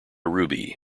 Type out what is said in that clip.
ruby